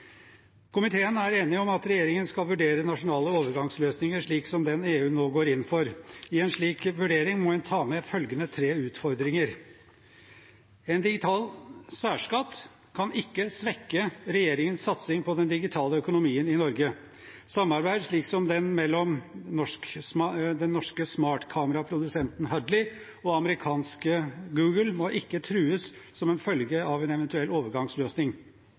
Komiteen er enig om at regjeringen skal vurdere nasjonale overgangsløsninger, slik som den EU nå går inn for. I en slik vurdering må en ta med følgende tre utfordringer: En digital særskatt kan ikke svekke regjeringens satsing på den digitale økonomien i Norge. Samarbeid slik som det mellom den norske smartkameraprodusenten Huddly og amerikanske Google må ikke trues som en følge av en eventuell overgangsløsning.